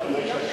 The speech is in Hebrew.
זאת עבירה